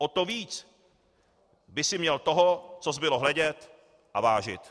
O to víc by si měl toho, co zbylo, hledět a vážit.